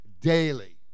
daily